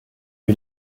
lui